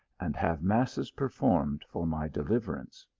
and have masses performed for my deliverance.